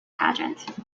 pageant